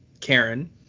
Karen